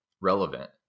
relevant